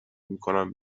میکنم